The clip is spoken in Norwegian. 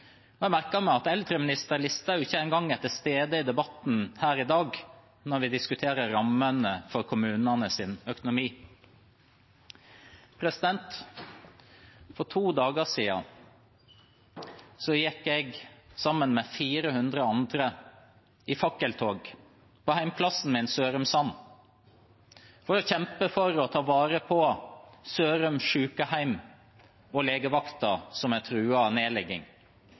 og jeg har merket meg at eldreminister Listhaug ikke engang er til stede i debatten her i dag når vi diskuterer rammene for kommunenes økonomi. For to dager siden gikk jeg, sammen med 400 andre, i fakkeltog på hjemstedet mitt, Sørumsand, for å kjempe for å ta vare på Sørum sykehjem og legevakten, som er truet av nedlegging.